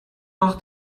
noch